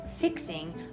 fixing